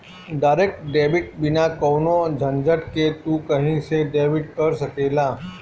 direct debit बिना कवनो झंझट के तू कही से डेबिट कर सकेला